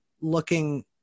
looking